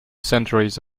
centuries